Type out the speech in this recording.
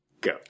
Go